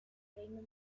reino